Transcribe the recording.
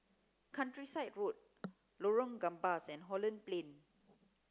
Countryside Road Lorong Gambas and Holland Plain